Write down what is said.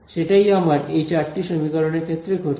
সেটাই আমার এই চারটি সমীকরণের ক্ষেত্রে ঘটছে